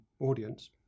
audience